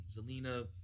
Zelina